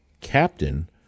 captain